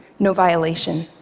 no violation.